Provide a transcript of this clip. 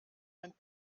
ein